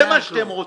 זה מה שאתם רוצים.